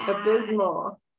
Abysmal